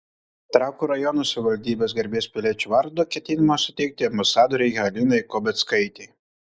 trakų rajono savivaldybės garbės piliečio vardą ketinama suteikti ambasadorei halinai kobeckaitei